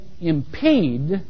impede